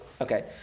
Okay